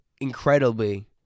incredibly